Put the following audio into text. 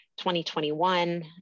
2021